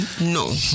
No